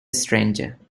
stranger